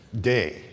day